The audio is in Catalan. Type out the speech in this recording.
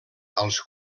als